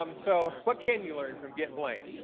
um so what can you learn from get blame?